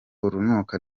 urunuka